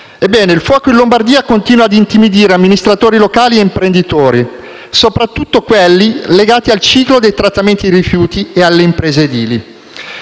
Ebbene, in Lombardia il fuoco continua a intimidire amministratori locali e imprenditori, soprattutto quelli legati al ciclo del trattamento dei rifiuti e alle imprese edili.